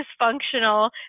dysfunctional